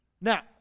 Now